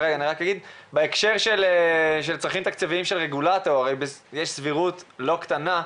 בהקשר של צרכים תקציביים של רגולטור יש סבירות לא קטנה,